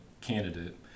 candidate